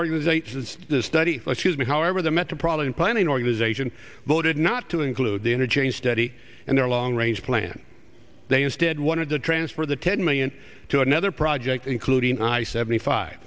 organization it's the study let's use me however the metropolitan planning organization voted not to include the interchange study and their long range plan they instead wanted to transfer the ten million to another project including i seventy five